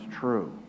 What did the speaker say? true